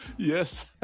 Yes